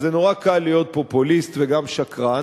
אז זה נורא קל להיות פופוליסט וגם שקרן